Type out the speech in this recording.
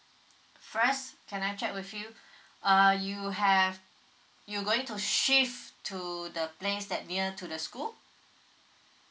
first can I check with you uh you have you going to shift to the place that near to the school